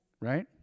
Right